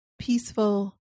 peaceful